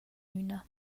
üna